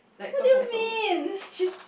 what do you mean